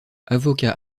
avocat